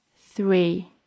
Three